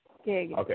Okay